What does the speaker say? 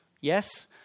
Yes